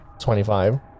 25